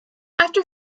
after